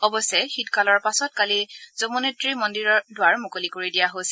অৱশ্যে শীতকালৰ পাছত কালি যমুনোত্ৰী মন্দিৰৰ দ্বাৰ মুকলি কৰি দিয়া হৈছিল